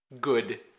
Good